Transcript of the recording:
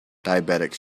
diabetics